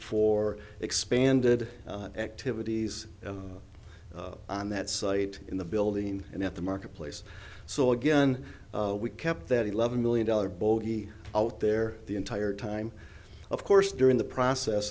for expanded activities on that site in the building and at the marketplace so again we kept that eleven million dollar bogey out there the entire time of course during the process